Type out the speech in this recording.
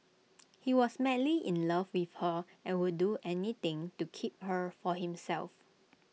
he was madly in love with her and would do anything to keep her for himself